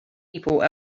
people